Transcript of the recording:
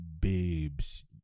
babes